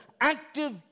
active